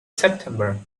september